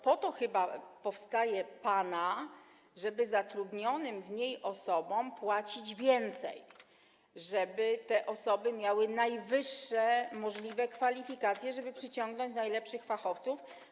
Po to chyba powstaje PANA, żeby zatrudnionym w niej osobom płacić więcej, żeby te osoby miały najwyższe możliwe kwalifikacje, żeby przyciągnąć najlepszych fachowców.